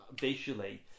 visually